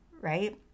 right